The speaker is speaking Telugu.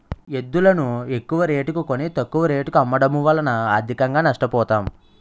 ఎద్దులును ఎక్కువరేటుకి కొని, తక్కువ రేటుకు అమ్మడము వలన ఆర్థికంగా నష్ట పోతాం